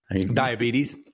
Diabetes